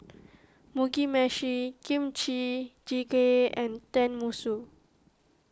Mugi Meshi Kimchi Jjigae and Tenmusu